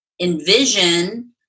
envision